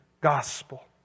gospel